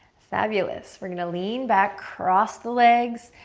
fabulous, we're gonna lean back, cross the legs,